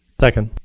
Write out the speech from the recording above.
second.